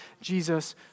Jesus